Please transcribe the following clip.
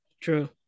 True